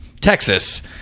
Texas